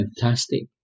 fantastic